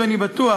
ואני בטוח